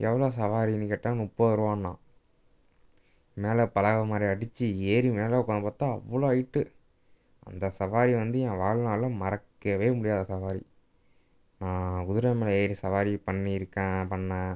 எவ்வளோ சவாரின்னு கேட்டால் முப்பது ரூபான்னான் மேலே பலகை மாதிரி அடித்து ஏறி மேலே உக்கார்ந்து பார்த்தா அவ்வளோ ஹைட்டு அந்த சவாரி வந்து என் வாழ்நாளில் மறக்கவே முடியாத சவாரி நான் குதிரை மேலே ஏறி சவாரி பண்ணி இருக்கேன் பண்ணேன்